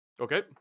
okay